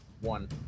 one